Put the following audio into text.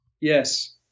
Yes